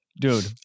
Dude